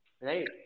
Right